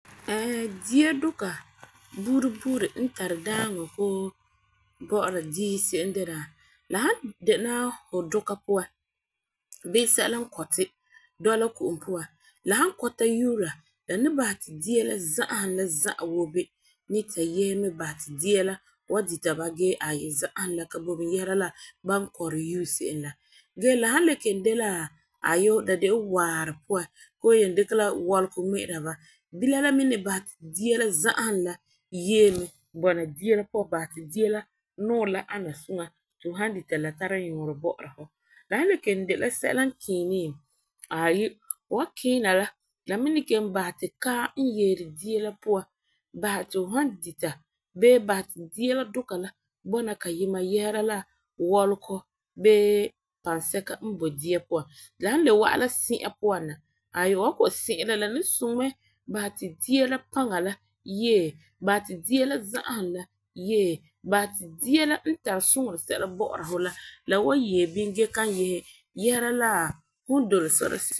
dia duka buuri buuri n tari daaŋɔ koo bɔ'ɔra diihi de la la han de la hu duka puan bii sɛla n kɔti dɔla ko'om puan la han kɔta yuura la bahe ti dia la za'ahum za'awaabi ni ta yehe mɛ bahɛ ti dia hu wa dita ba gee aayi za'ahum la ka boi bini yehera la ba kɔrɛ yuu se'em la. Gee la han le kelum de la aayi de la waare puan koo hu dikɛ la walegɔ ŋmɛ'ɛra ba bila la mi ni bahɛ ti dia la za'ahum la yɛɛ mɛ bɔna diabpuan bahɛ ti dia la nɔɔrɛ ana suŋa tinhu han dita la nyɔɔrɛ bɔ'ɔra hu. La han le kelum de la sɛla n kiini aayi, hu wa kiina la la me kelum bahɛ ti kaam n yeeri dia puan bahɛ ti hu han dita bee bahɛ ti dia la duka la bɔna kayima yehera la wɔlukɔ bee pansɛka n boi dia la puan. La han le wa'a la sɛ'a puan na aayi hu kɔ'ɔm sɛ'ɛra la ni suŋɛ mɛ bahɛ ti dia la paŋa la yɛɛ, bahɛ ti dia la zahum la yɛɛ, bahɛ ti dia la n tari suŋerɛ sɛka bɔ'ɔra hu la wan yɛɛ bini gee kan yehe dɔla la hu doli surɔ seko la.